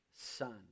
son